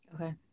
okay